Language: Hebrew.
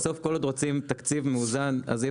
בסוף כל עוד רוצים תקציב מאוזן אז אם